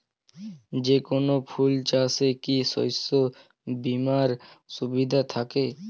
যেকোন ফুল চাষে কি শস্য বিমার সুবিধা থাকে?